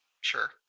sure